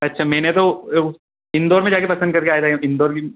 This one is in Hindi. अच्छा मैंने तो इंदौर में जा कर पसंद करके आया था यहाँ इंदौर की